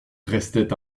restait